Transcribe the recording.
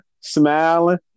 smiling